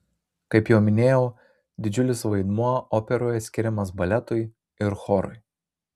kaip jau minėjau didžiulis vaidmuo operoje skiriamas baletui ir chorui